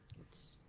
it's